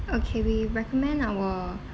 okay we recommend our